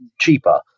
cheaper